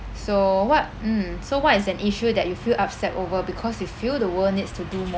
so what mm so what is an issue that you feel upset over because you feel the world needs to do more